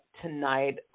tonight